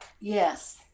Yes